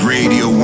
Radio